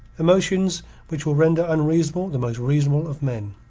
emotions which will render unreasonable the most reasonable of men.